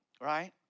right